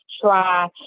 try